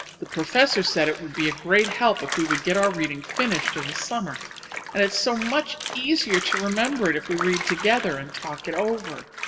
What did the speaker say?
the professor said it would be a great help if we would get our reading finished in the summer and it's so much easier to remember it if we read together and talk it over.